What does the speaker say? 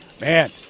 man